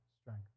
strength